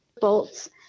bolts